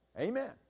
amen